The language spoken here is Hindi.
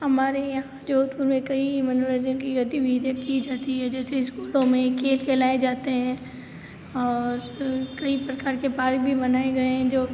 हमारे यहाँ जोधपुर में कई मनोरंजन की गतिविधियाँ की जाती है जैसे स्कूलों में खेल खेलाए जाते हैं और कई प्रकार के पार्क भी बनाए गए हैं जो